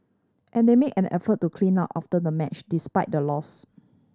and they made an effort to clean up after the match despite the loss